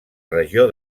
regió